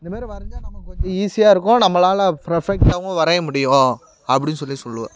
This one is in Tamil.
இந்தமாரி வரைஞ்சா நமக்கு கொஞ்சம் ஈஸியாக இருக்கும் நம்மளால் ஃப்ரஃபெக்டாகவும் வரைய முடியும் அப்படின் சொல்லி சொல்லுவேன்